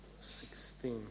sixteen